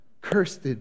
cursed